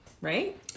right